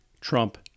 Trump